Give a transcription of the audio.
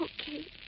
okay